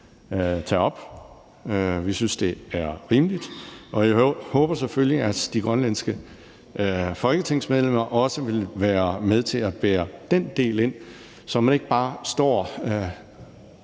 Vi synes, det er rimeligt, og jeg håber selvfølgelig, at de grønlandske folketingsmedlemmer også vil være med til at bringe den del ind, så man ikke bare står